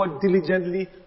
diligently